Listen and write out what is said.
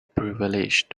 privilege